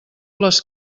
les